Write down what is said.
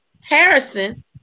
Harrison